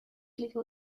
little